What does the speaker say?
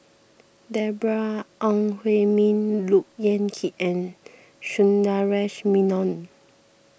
Deborah Ong Hui Min Look Yan Kit and Sundaresh Menon